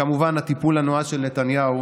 כמובן, הטיפול הנועז של נתניהו